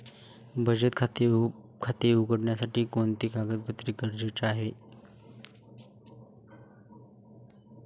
बचत खाते उघडण्यासाठी कोणते कागदपत्रे गरजेचे आहे?